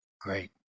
Great